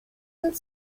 and